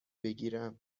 بگیرم